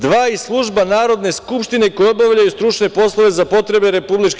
Dva iz služba Narodne skupštine koji obavljaju stručne poslove za potrebe RIK.